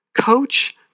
coach